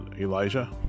Elijah